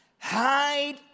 hide